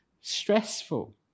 stressful